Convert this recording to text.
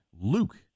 Luke